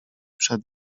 przed